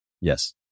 Yes